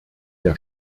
der